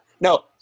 No